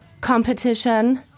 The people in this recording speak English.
competition